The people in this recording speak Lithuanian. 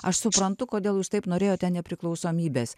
aš suprantu kodėl jūs taip norėjote nepriklausomybės